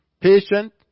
patient